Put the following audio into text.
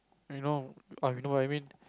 you know uh you know what I mean